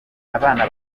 abana